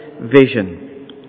vision